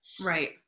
right